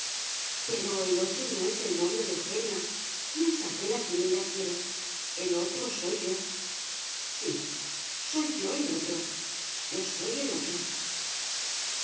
pero el otro no es el novio de eugenia no es aquel a quien ella quiere el otro soy yo sí yo soy el otro yo soy otro